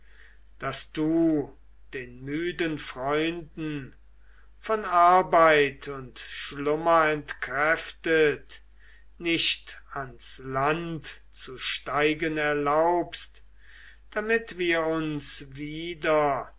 daß du den müden freunden von arbeit und schlummer entkräftet nicht ans land zu steigen erlaubst damit wir uns wieder